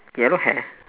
yellow hair